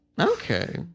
Okay